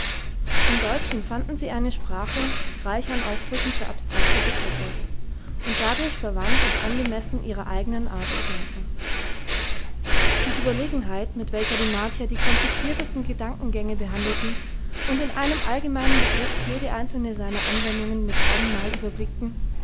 im deutschen fanden sie eine sprache reich an ausdrücken für abstrakte begriffe und dadurch verwandt und angemessen ihrer eigenen art zu denken die überlegenheit mit welcher die martier die kompliziertesten gedankengänge behandelten und in einem allgemeinen begriff jede einzelne seiner anwendungen mit einemmal überblickten